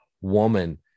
woman